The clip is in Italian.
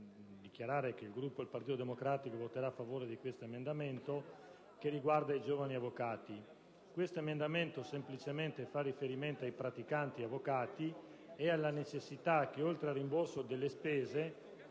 favorevole del Gruppo del Partito Democratico su questo emendamento che riguarda i giovani avvocati. L'emendamento semplicemente fa riferimento ai praticanti avvocati e alla necessità che, oltre al rimborso delle spese,